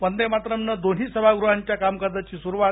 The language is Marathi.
वंदेमातरमनं दोन्ही सभागृहांच्या कामकाजाची सुरुवात